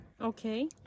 Okay